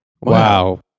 Wow